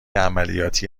عملیاتی